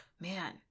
man